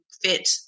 fit